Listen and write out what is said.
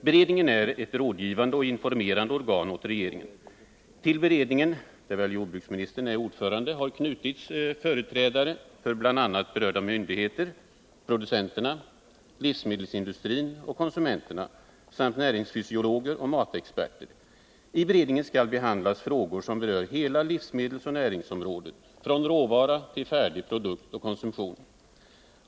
Beredningen är ett rådgivande och informerande organ åt regeringen. Till beredningen, där väl jordbruksministern är ordförande, har knutits företrädare för bl.a. berörda myndigheter, producenterna, livsmedelsindustrin och konsumenterna samt näringsfysiologer och matexperter. I beredningen skall behandlas frågor som berör hela livsmedelsoch näringsområdet, från råvara till färdig produkt och konsumtion.